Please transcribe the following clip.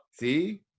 See